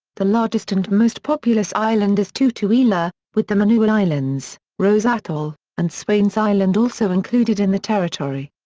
the largest and most populous island is tutuila, with the manu'a islands, rose atoll, and swains island also included in the territory.